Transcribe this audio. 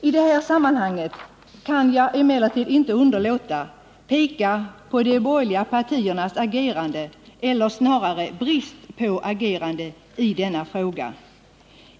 I det här sammanhanget kan jag emellertid inte underlåta att peka på de borgerliga partiernas agerande, eller snarare brist på agerande, i den här frågan.